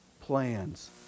plans